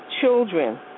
children